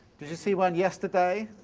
did you see one yesterday?